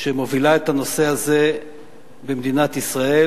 שמובילה את הנושא הזה במדינת ישראל,